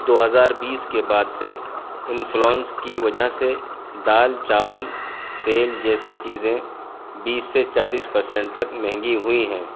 دو ہزار بیس کے بعد سے انفلونس کی وجہ سے دال چاول تیل جیسے چیزیں بیس سے چالیس پرسینٹ تک مہنگی ہوئی ہیں